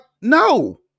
no